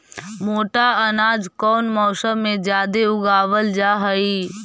मोटा अनाज कौन मौसम में जादे उगावल जा हई?